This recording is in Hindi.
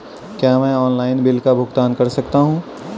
क्या मैं ऑनलाइन बिल का भुगतान कर सकता हूँ?